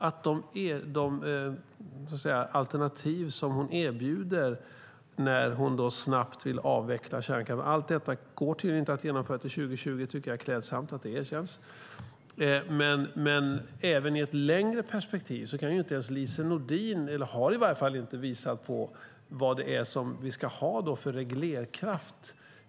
Allt detta går tydligen inte att avveckla till 2020 - jag tycker att det är klädsamt att det erkänns - men inte heller i ett längre perspektiv har Lise Nordin visat på vad det är vi ska ha för reglerkraft.